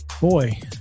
boy